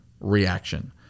reaction